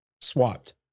swapped